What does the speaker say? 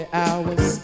hours